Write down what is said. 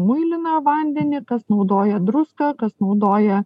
muiliną vandenį kas naudoja druską kas naudoja